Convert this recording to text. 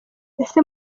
ese